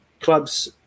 clubs